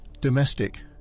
domestic